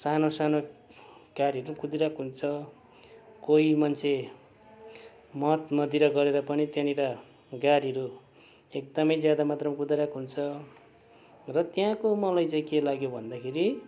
सानो सानो गाडीहरू पनि कुदिरहेको हुन्छ कोही मान्छे मद मदिरा गरेर पनि त्यहाँनिर गाडीहरू एकदमै ज्यादा मात्रामा कुदाइरहेको हुन्छ र त्यहाँको मलाई चाहिँ के लाग्यो भन्दाखेरि